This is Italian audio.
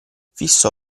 fissò